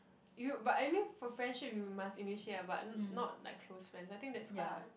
you but I knew for friendship you must initiate ah but not like close friend I think that's quite hard